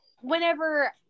Whenever